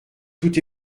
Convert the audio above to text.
tout